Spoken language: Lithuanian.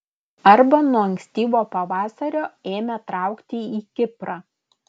arba nuo ankstyvo pavasario ėmė traukti į kiprą